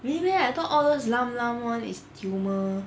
really meh I thought all those lump lump [one] is tumor